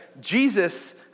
Jesus